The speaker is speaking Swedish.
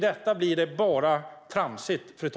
Det blir bara tramsigt.